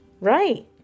Right